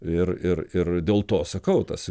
ir ir ir dėl to sakau tas